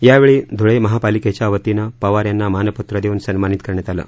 यावेळी धुळे महापालिकेच्या वतीनं पवार यांना मानपत्र देऊन सन्मानित करण्यात आलं